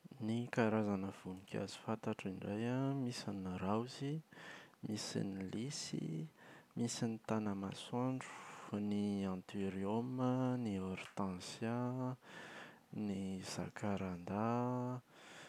Ny karazana voninkazo fantatro indray an: Misy ny raozy, misy ny lisy, misy ny tanamasoandro, ny antiorioma, ny hortensià, ny zakarandà.